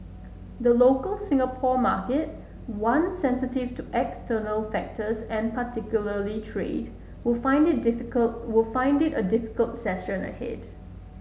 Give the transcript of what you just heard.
the local Singapore market one sensitive to external factors and particularly trade would find it difficult would find it a difficult session ahead